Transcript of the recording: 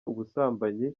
ubusambanyi